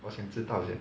我想知 leh